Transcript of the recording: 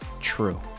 true